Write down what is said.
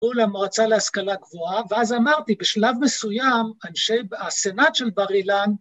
‫אולם רוצה להשכלה גבוהה, ‫ואז אמרתי, בשלב מסוים, ‫אנשי הסנאט של בר אילן...